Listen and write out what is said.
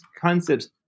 concepts